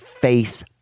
face